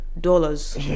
dollars